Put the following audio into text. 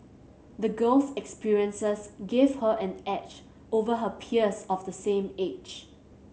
the girl's experiences gave her an edge over her peers of the same age